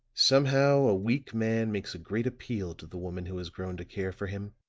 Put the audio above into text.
somehow a weak man makes a great appeal to the woman who has grown to care for him.